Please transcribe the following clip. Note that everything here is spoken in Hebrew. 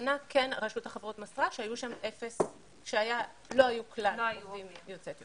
השנה כן רשות החברות מסרה שלא היו כלל עובדים יוצאי אתיופיה.